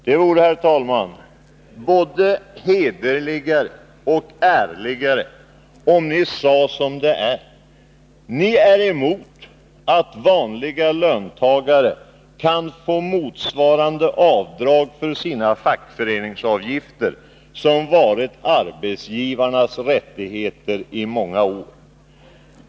Det vore, herr talman, både hederligare och ärligare om ni sade som det är: Vi är emot att vanliga löntagare kan få motsvarande avdrag för sina fackföreningsavgifter som varit arbetsgivarnas rättigheter i många år.